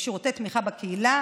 ושירותי תמיכה בקהילה